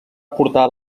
portar